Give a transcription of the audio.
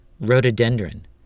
rhododendron